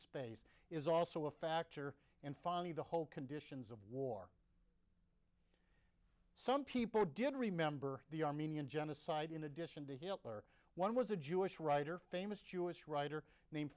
space is also a factor in finally the whole conditions of war some people did remember the armenian genocide in addition to hitler one was a jewish writer famous jewish writer named